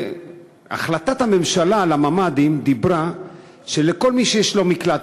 החלטת הממשלה על הממ"דים דיברה שכל מי שיש לו מקלט,